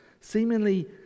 Seemingly